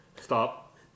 Stop